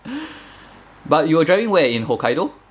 but you were driving where in hokkaido